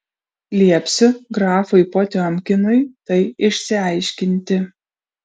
liepsiu grafui potiomkinui tai išsiaiškinti